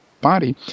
body